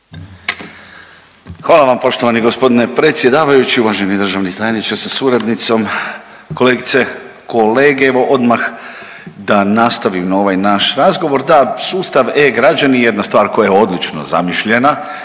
Hvala vam poštovani gospodine predsjedavajući. Uvaženi državni tajniče sa suradnicom, kolegice, kolege, evo odmah da nastavim na ovaj naš razgovor. Da sustav e-građani je jedna stvar koja je odlično zamišljena